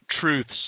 Truths